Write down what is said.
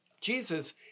Jesus